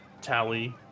Tally